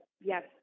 yes